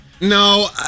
No